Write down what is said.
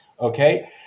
okay